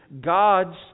God's